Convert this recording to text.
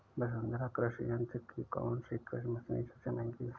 वसुंधरा कृषि यंत्र की कौनसी कृषि मशीनरी सबसे महंगी है?